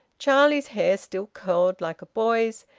charlie's hair still curled like a boy's,